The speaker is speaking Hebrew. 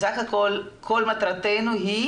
בסך הכול כל מטרתנו היא